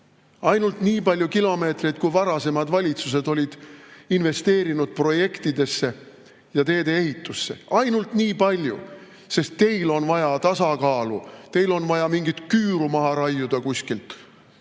Ainult nii palju kilomeetreid, kui varasemad valitsused olid investeerinud projektidesse ja teedeehitusse. Ainult nii palju! Sest teil on vaja tasakaalu. Teil on vaja mingit küüru maha raiuda kuskilt.